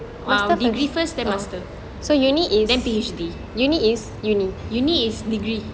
um degree first their master then PhD uni is degree